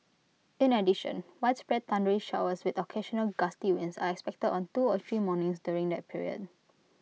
in addition widespread thundery showers with occasional gusty winds are expected on two or three mornings during that period